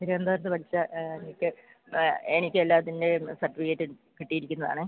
തിരുവനന്തപുരത്ത് പഠിച്ച എനിക്ക് എനിക്കെല്ലാത്തിന്റെയും സര്ട്ടിഫിക്കറ്റ് കിട്ടിയിരിക്കുന്നത് ആണ്